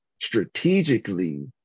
strategically